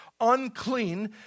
unclean